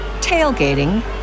tailgating